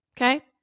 okay